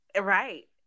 Right